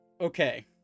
okay